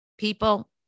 People